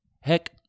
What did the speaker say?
Heck